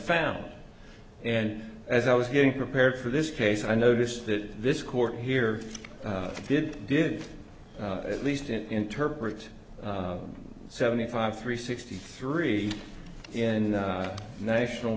found and as i was getting prepared for this case i noticed that this court here did did at least in interpret seventy five three sixty three in the national